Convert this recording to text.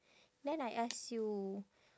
then I ask you